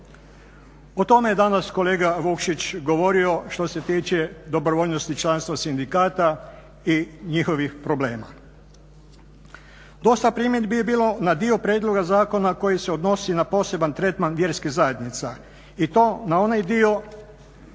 O tome je danas kolega Vukšić govorio što se tiče dobrovoljnosti članstva sindikata i njihovih problema. Dosta primjedbi je bilo na dio prijedloga zakona koji se odnosi na poseban tretman vjerskih zajednica i to na onaj dio koji